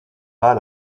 pas